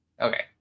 okay